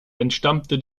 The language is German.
entstammte